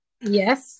yes